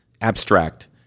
abstract